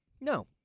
No